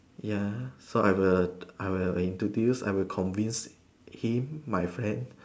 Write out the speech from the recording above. ya so I will I will introduce I will convince him my friend